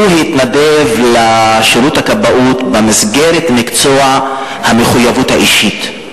הוא התנדב לשירות הכבאות במסגרת מקצוע המחויבות האישית.